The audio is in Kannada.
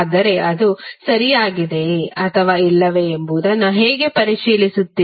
ಆದರೆ ಅದು ಸರಿಯಾಗಿದೆಯೆ ಅಥವಾ ಇಲ್ಲವೇ ಎಂಬುದನ್ನು ಹೇಗೆ ಪರಿಶೀಲಿಸುತ್ತೀರಿ